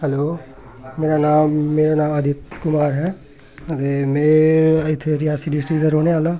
hello मेरा नाम मेरा नांऽ आदित्य कुमार है ते में इत्थें रियासी डिस्ट्रिक दा रौह्ने आह्ला